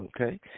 Okay